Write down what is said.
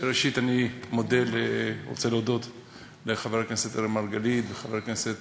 ראשית אני רוצה להודות לחבר הכנסת אראל מרגלית ולחבר הכנסת